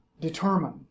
determine